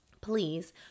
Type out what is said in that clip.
Please